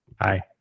Hi